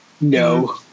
No